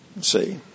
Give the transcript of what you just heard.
See